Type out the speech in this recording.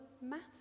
matter